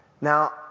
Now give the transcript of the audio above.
Now